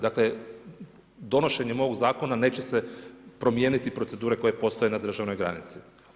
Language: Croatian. Dakle, donošenjem ovog zakona, neće se promijeniti procedure koje postaju na državnoj granici.